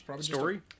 story